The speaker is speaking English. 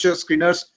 screeners